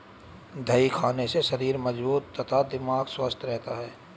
दही खाने से शरीर मजबूत तथा दिमाग स्वस्थ रहता है